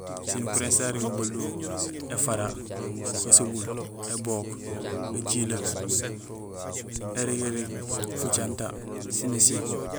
Sinukuréén sarégmé baluho: éfara, gasobul, ébook, éjilee, érigirig, fucinta sén ésiko.